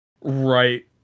right